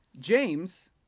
James